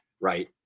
Right